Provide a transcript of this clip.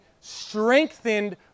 strengthened